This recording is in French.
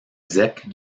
zec